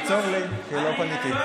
תעצור לי, כי לא פניתי.